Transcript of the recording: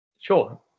sure